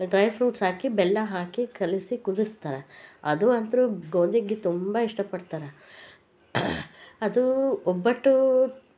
dry fruits ಹಾಕಿ ಬೆಲ್ಲ ಹಾಕಿ ಕಲಸಿ ಕುದಿಸ್ತಾರೆ ಅದು ಅಂತ್ರೂ ಗೋದಿಗ್ಗಿ ತುಂಬ ಇಷ್ಟ ಪಡ್ತಾರೆ ಅದು ಒಬ್ಬಟ್ಟು